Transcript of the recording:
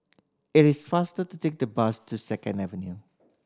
it is faster to take the bus to Second Avenue